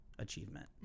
achievement